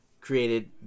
Created